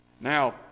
Now